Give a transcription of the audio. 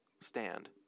stand